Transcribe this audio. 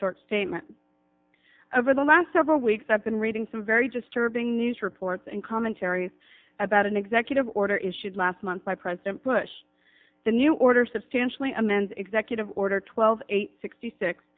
short statement over the last several weeks i've been reading some very disturbing news reports and commentary about an executive order issued last month by president bush the new order substantially amend executive order twelve eight sixty six